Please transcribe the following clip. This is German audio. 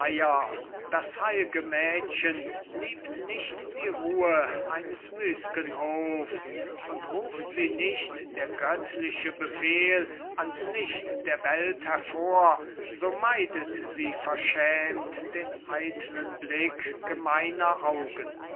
das heilge mädchen liebt nicht die ruhe eines müßgen hofs und ruft sie nicht der göttliche befehl ans licht der welt hervor so meidet sie verschämt den eitlen blick gemeiner augen